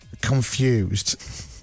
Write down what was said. confused